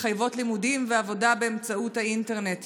מחייבות לימודים ועבודה באמצעות האינטרנט.